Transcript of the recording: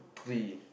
free